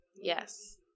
Yes